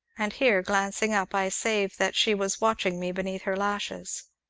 and here, glancing up, i save that she was watching me beneath her lashes.